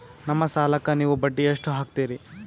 ನಮ್ಮ ಸಾಲಕ್ಕ ನೀವು ಬಡ್ಡಿ ಎಷ್ಟು ಹಾಕ್ತಿರಿ?